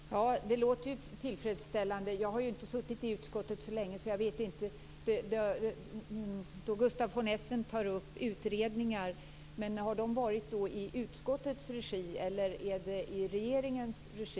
Fru talman! Det låter ju tillfredsställande. Jag har ju inte suttit med i utskottet så länge, så jag känner inte till de utredningar som Gustaf von Essen tar upp. Har de gjorts i utskottets regi eller i regeringens regi?